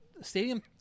stadium